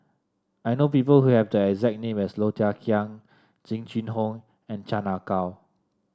I know people who have the exact name as Low Thia Khiang Jing Jun Hong and Chan Ah Kow